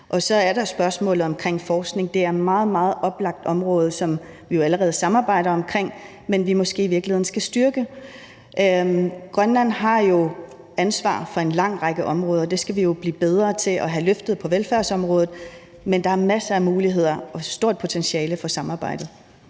Så er der spørgsmålet om forskning. Det er et meget, meget oplagt område, som vi jo allerede samarbejder om, men som vi måske i virkeligheden skal styrke. Grønland har jo et ansvar for en lang række områder, og hvad angår velfærdsområdet, er det jo noget, vi skal blive bedre til og have løftet. Men der er masser af muligheder og et stort potentiale for samarbejdet.